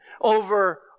over